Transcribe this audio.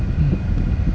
mm